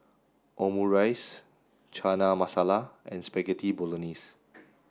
Omurice Chana Masala and Spaghetti Bolognese